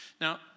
Now